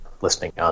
listening